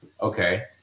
Okay